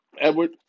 Edward